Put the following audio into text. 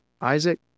Isaac